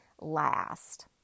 last